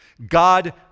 God